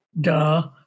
duh